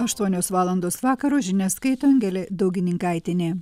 aštuonios valandos vakaro žinias skaito angelė daugininkaitienė